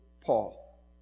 Paul